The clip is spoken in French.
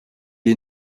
est